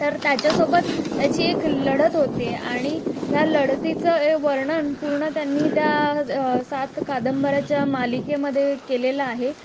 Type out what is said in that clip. तर त्याच्यासोबत त्याची एक लढत होते आणि ह्या लढतीचं वर्णन पूर्ण त्यांनी त्या सात कादंबऱ्यांच्या मालिकेमध्ये केलेलं आहे